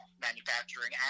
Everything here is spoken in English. manufacturing